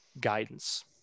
guidance